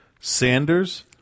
Sanders